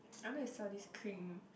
I wanted to sell this cream